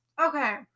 okay